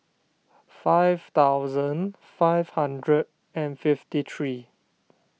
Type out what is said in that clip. five thousand five hundred and fifty three